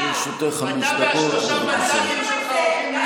לרשותך חמש דקות, בבקשה.